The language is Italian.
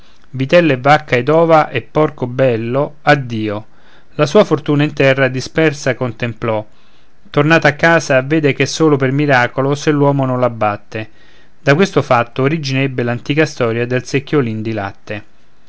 vitello e vacca ed ova e porco bello addio la sua fortuna in terra dispersa contemplò tornata a casa vede ch'è solo per miracolo se l'uomo non la batte da questo fatto origine ebbe l'antica istoria del secchiolin del latte